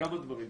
כמה דברים.